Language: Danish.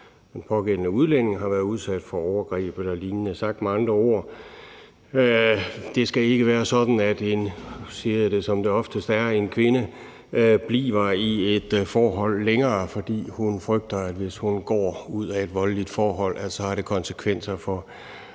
den pågældende udlænding har været udsat for overgreb eller lignende. Sagt med andre ord skal det ikke være sådan, at en – nu siger jeg det, som det oftest er – kvinde bliver i et forhold længere, fordi hun frygter, at hvis hun går ud af et voldeligt forhold, har det konsekvenser for